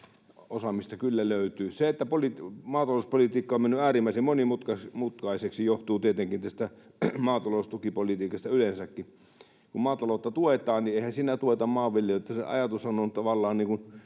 osaamista kyllä löytyy. Se, että maatalouspolitiikka on mennyt äärimmäisen monimutkaiseksi, johtuu tietenkin tästä maataloustukipolitiikasta yleensäkin. Kun maataloutta tuetaan, niin eihän siinä tueta maanviljelyä. Se ajatushan on tavallaan